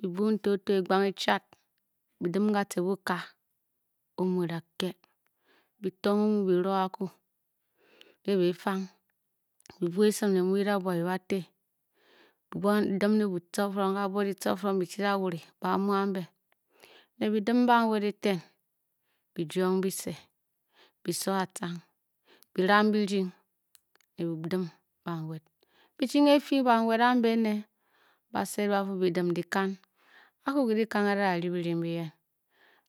Bi buung nta oto egbang echad bi dim katce buka, omu e-da to, bi tong omu byi roo akwu byi bua, esim ne muu byi da bua bi ba te, byi dua re di triuing byi chi da wure ba muu ambe ne byidim banwed eten, byi gwod bise byi so ateang byi ram birding ne bi dim banwed, Bi chung e-fyi banwed ambe ne based o ba-fuu wo dim dyikan, akwu ke dyikan nke a-da da rdi birding mbi yen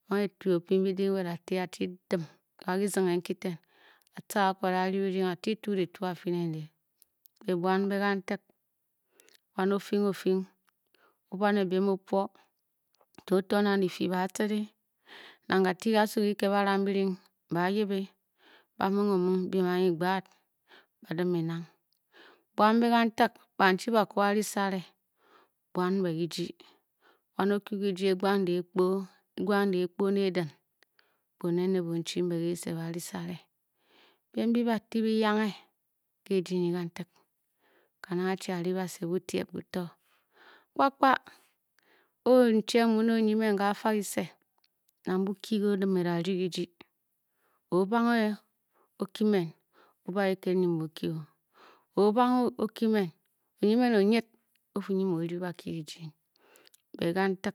a-banghe pyi opyi bide nwed a-ti a-chi dim wa kizonghe nkiten a-tca akwu a-da rdi birding, a-chi tuu dituu a-fyi ne ndi bot buan mbe kantig wan o-fing o-fing o-bua ne biem o-pwo, nta o to nang kifyi ba-a tude nang kate kasu kiked baram birding ba a yi be. ba mung o-mung biem anyi gbad badim enang, buam mbe kantig, banchi ba kwu ba-ri sare, buan mbe kijii wan okwu kijii, egbang dehkpo egbang dehkpo ne edin, bone ne bonchi mbe kese ba-ri sare biem byi ba ti bi yanghe, kan a-chi a-ri bi se otiem bito kpakpa a-o nyicheng muu ne onyi men ke ga fa kise, nang bukyi ke o-dim e-da rdi kijii o-o-banghe okimen o-ba kiked nyi mu o okyu, o-banghe okimen, onyi men o-nyid o-fu nyi mu o-rdi bakyi kijii bot kantig